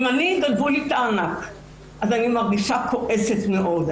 אם גנבו לי את הארנק אז אני מרגישה כועסת מאוד,